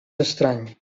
estrany